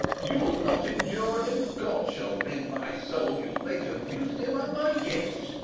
you'll not endure him god shall mend my soul, you'll make a mutiny among my guests!